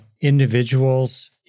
individuals